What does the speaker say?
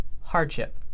hardship